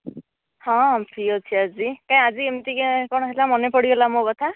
ହଁ ଫ୍ରି ଅଛି ଆଜି କାହିଁ ଆଜି ଏମିତି କିଆଁ କଣ ହେଲା ମାନେ ପଡ଼ିଗଲା ମୋ କଥା